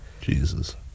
Jesus